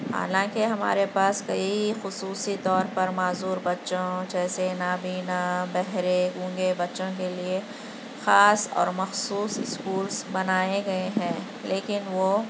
حالانکہ ہمارے پاس کئی خصوصی طور پر معذور بچوں جیسے نابینا بہرے گونگے بچوں کے لیے خاص اور مخصوص اسکولس بنائے گئے ہیں لیکن وہ